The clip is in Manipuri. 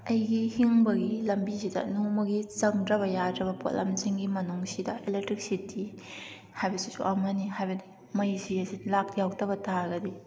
ꯑꯩꯒꯤ ꯍꯤꯡꯕꯒꯤ ꯂꯝꯕꯤꯁꯤꯗ ꯅꯣꯡꯃꯒꯤ ꯆꯪꯗ꯭ꯔꯕ ꯌꯥꯗ꯭ꯔꯕ ꯄꯣꯠꯂꯝꯁꯤꯡꯒꯤ ꯃꯅꯨꯡꯁꯤꯗ ꯏꯂꯦꯛꯇ꯭ꯔꯤꯛꯁꯤꯇꯤ ꯍꯥꯏꯕꯁꯤꯁꯨ ꯑꯃꯅꯤ ꯍꯥꯏꯕꯗꯤ ꯃꯩꯁꯤ ꯌꯥꯎꯗꯕ ꯇꯥꯔꯒꯗꯤ